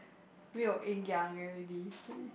没有营养:meiyou yingyang already he